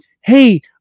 hey